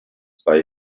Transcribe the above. bei